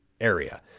area